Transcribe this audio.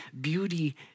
beauty